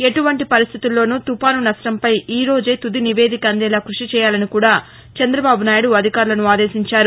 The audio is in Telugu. ఎటువంటి పరిస్టితుల్లోను తుఫాను నష్టంపై ఈరోజే తుది నివేదిక అందేలా కృషి చేయాలని కూడా చంద్రబాబు నాయుడు అధికారులను ఆదేశించారు